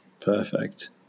Perfect